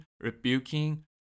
rebuking